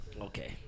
Okay